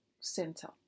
center